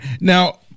Now